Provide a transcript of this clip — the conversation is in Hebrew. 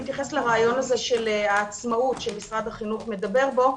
להתייחס לרעיון של העצמאות שמשרד החינוך מדבר בו.